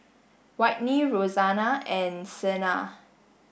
Whitney Roseanna and Sena